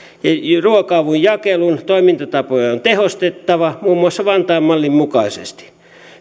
ruoka avun jakelun toimintatapoja on tehostettava muun muassa vantaan mallin mukaisesti